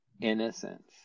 innocence